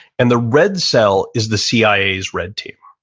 and the red cell is the cia's red team.